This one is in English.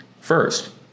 First